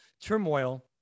turmoil